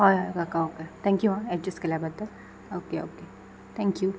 हय हय okay thank you हां एडजस्ट केल्या बद्दल ओके ओके थँक्यू